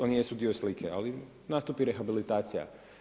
Oni jesu dio slije, ali nastupi rehabilitacija.